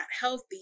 healthy